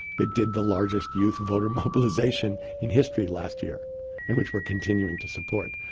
that did the largest youth voter mobilization in history last year and which we're continuing to support.